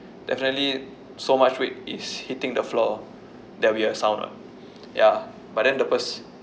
definitely so much weight is hitting the floor that we have sound [what] ya but then the pers~